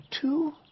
two